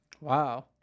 wow